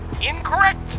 Incorrect